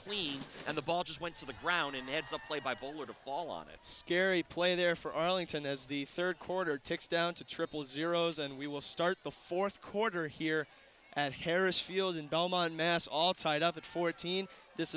clean and the ball just went to the ground and adds a play by bowler to fall on it scary play there for arlington as the third quarter ticks down to triple zeros and we will start the fourth quarter here at harris field in belmont mass all tied up at fourteen this